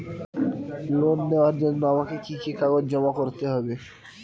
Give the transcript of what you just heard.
Loan নেওয়ার জন্য আমাকে কি কি কাগজ জমা করতে হবে?